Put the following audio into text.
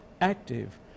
active